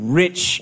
rich